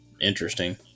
interesting